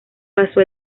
pasó